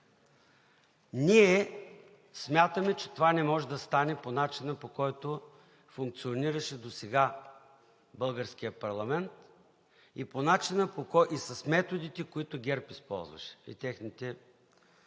ние смятаме, че това не може да стане по начина, по който функционираше досега българският парламент, и с методите, които ГЕРБ използваше и техните